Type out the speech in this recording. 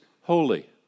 holy